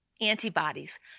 antibodies